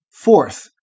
Fourth